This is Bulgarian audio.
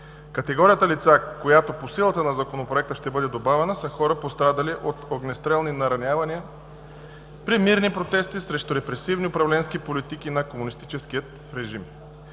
Категорията лица, която по силата на Законопроекта ще бъде добавена, са хора, пострадали от огнестрелни наранявания при мирни протести срещу репресивни управленски политики на комунистическия режим.